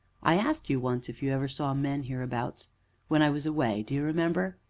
i asked you once if you ever saw men hereabouts when i was away, do you remember?